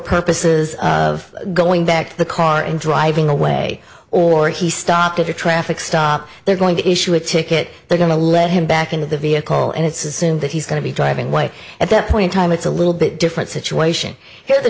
purposes of going back to the car and driving away or he stopped at a traffic stop they're going to issue a ticket they're going to let him back into the vehicle and it's assumed that he's going to be driving away at that point in time it's a little bit different situation here t